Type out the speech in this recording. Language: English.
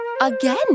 again